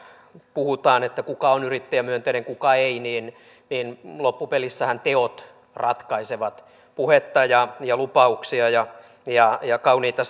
puhutaan että kuka on yrittäjämyönteinen ja kuka ei niin niin loppupelissähän teot ratkaisevat puhetta ja ja lupauksia ja ja kauniita